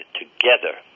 together